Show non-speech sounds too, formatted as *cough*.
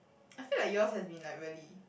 *noise* I feel like yours have been like really